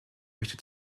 möchte